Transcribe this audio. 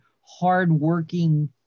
hardworking